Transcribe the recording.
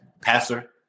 passer